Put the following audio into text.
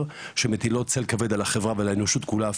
שמטילות צל כבד על החברה ועל האנושות כולה.